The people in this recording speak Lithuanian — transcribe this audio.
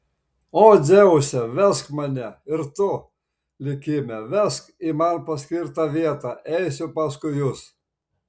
o dzeuse vesk mane ir tu likime vesk į man paskirtą vietą eisiu paskui jus